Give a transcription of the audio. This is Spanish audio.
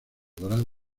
dorado